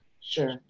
sure